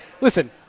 listen